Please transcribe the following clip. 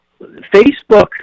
Facebook